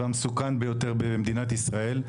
והמסוכן ביותר במדינת ישראל,